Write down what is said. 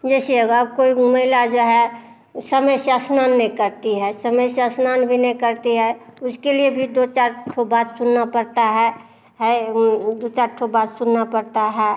जैसे अब अब कोई महिला जो है समय से स्नान नहीं करती है समय से स्नान भी नहीं करती है उसके लिए भी दो चार ठु बात सुनना पड़ता है है दो चार ठो बात सुनना पड़ता है